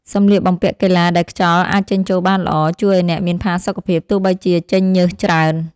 សម្លៀកបំពាក់កីឡាដែលខ្យល់អាចចេញចូលបានល្អ ជួយឱ្យអ្នកមានផាសុកភាពទោះបីជាចេញញើសច្រើន។